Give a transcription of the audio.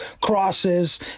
crosses